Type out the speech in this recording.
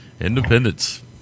Independence